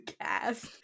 cast